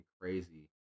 crazy